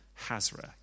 Hazra